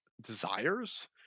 desires